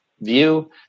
view